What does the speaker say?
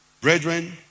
Brethren